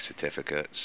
certificates